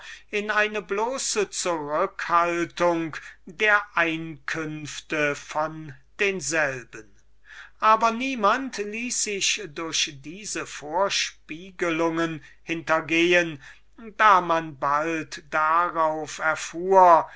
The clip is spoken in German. in eine bloße zurückhaltung der einkünfte von denselben aber niemand ließ sich durch diese vorspieglungen hintergehen da man bald darauf erfuhr